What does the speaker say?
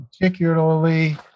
particularly